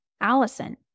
Allison